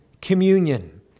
communion